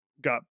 got